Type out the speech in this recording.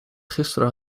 gisteren